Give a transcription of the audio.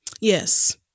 Yes